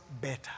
better